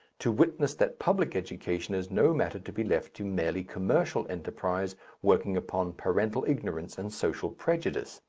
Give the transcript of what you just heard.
to witness that public education is no matter to be left to merely commercial enterprise working upon parental ignorance and social prejudice.